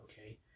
okay